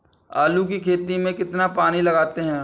आलू की खेती में कितना पानी लगाते हैं?